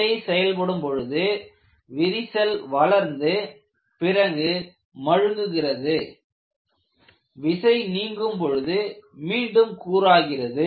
விசை செயல்படும் பொழுது விரிசல் வளர்ந்து பிறகு மழுங்கப்படுகிறது விசை நீங்கும் பொழுது மீண்டும் கூராகிறது